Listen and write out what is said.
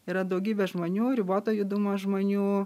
yra daugybė žmonių riboto judumo žmonių